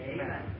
Amen